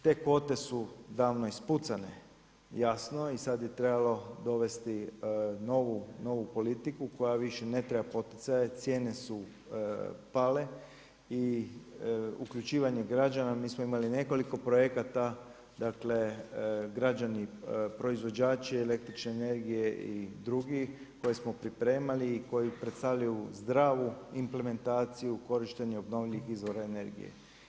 Te kvote su davno ispucane, jasno i sada bi trebalo dovesti novu politiku koja više ne treba poticaje, cijene su pale i uključivanje građana, mi smo imali nekoliko projekata, dakle građani, proizvođači električne energije i drugi koji smo pripremali i koji predstavljaju zdravu implementaciju, korištenje obnovljivih izvora energije.